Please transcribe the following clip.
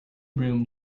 broom